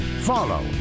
follow